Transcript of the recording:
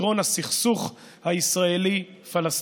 לפתרון הסכסוך הישראלי פלסטיני.